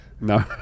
No